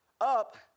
up